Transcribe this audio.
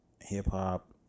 hip-hop